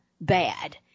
bad